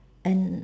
and